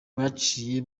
baciye